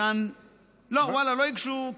ואללה, לא הוגשו.